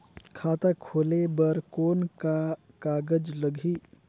खाता खोले बर कौन का कागज लगही?